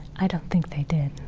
i don't think they did